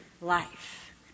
life